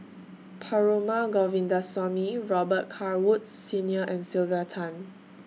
Perumal Govindaswamy Robet Carr Woods Senior and Sylvia Tan